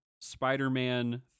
Spider-Man